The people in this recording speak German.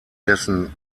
dessen